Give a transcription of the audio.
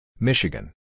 Michigan